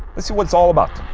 let's see what it's all about